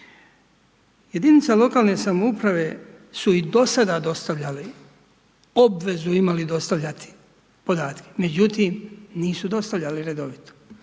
Jedinica lokalne samouprave su i do sada dostavljale obvezu imale dostavljati podatke. Međutim, nisu dostavljale redovito.